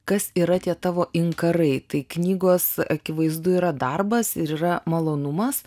kas yra tie tavo inkarai tai knygos akivaizdu yra darbas ir yra malonumas